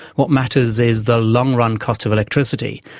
what matters is the long-run cost of electricity,